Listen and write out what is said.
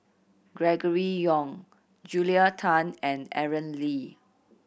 Gregory Yong Julia Tan and Aaron Lee